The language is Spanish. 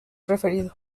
preferido